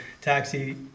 taxi